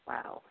Wow